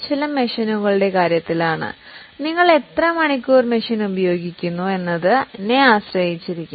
ചില മെഷീനുകളുടെ കാര്യത്തിൽ എത്ര മണിക്കൂർ മെഷീൻ ഉപയോഗിക്കപ്പെടുന്നു എന്നതിനെ ആശ്രയിച്ചിരിക്കും